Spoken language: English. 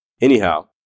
Anyhow